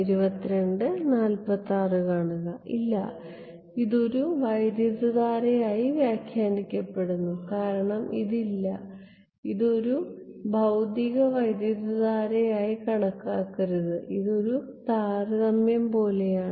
ഇല്ല ഇത് ഒരു വൈദ്യുതധാരയായി വ്യാഖ്യാനിക്കപ്പെടുന്നു കാരണം ഇത് ഇല്ല ഒരു ഭൌതിക വൈദ്യുതധാരയായി കണക്കാക്കരുത് ഇത് ഒരു താരതമ്യം പോലെയാണ്